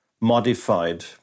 modified